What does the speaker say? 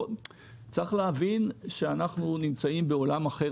צריך להבין שאנחנו נמצאים בעולם אחר.